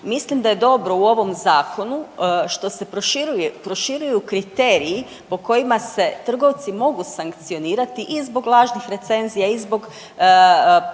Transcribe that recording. Mislim da je dobro u ovom zakonu što se proširuju kriteriji po kojima se trgovci mogu sankcionirati i zbog lažnih recenzija i zbog recimo